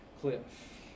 cliff